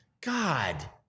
God